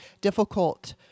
difficult